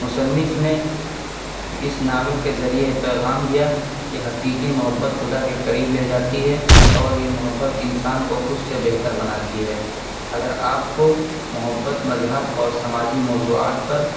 مصنف نے اس ناول کے ذریعہ یہ پیغام دیا کہ حقیقی محبت خدا کے قریب لے جاتی ہے اور یہ محبت انسان کو خود سے بہتر بناتی ہے اگر آپ کو محبت مذہب اور سماجی موضوعات پر